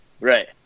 right